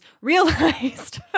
realized